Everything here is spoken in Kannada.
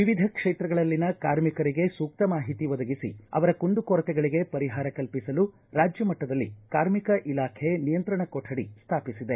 ವಿವಿಧ ಕ್ಷೇತ್ರಗಳಲ್ಲಿನ ಕಾರ್ಮಿಕರಿಗೆ ಸೂಕ್ತ ಮಾಹಿತಿ ಒದಗಿಸಿ ಅವರ ಕುಂದು ಕೊರತೆಗಳಿಗೆ ಪರಿಹಾರ ಕಲ್ಲಿಸಲು ರಾಜ್ಯ ಮಟ್ಟದಲ್ಲಿ ಕಾರ್ಮಿಕ ಇಲಾಖೆ ನಿಯಂತ್ರಣ ಕೊಠಡಿ ಸ್ವಾಪಿಸಿದೆ